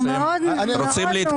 אנחנו מאוד מעוניינים.